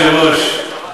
אדוני היושב-ראש,